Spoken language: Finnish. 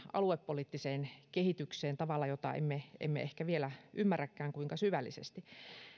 aluepoliittiseen kehitykseen tavalla josta emme ehkä vielä ymmärräkään kuinka syvällisesti